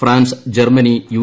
France Germany U